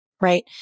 right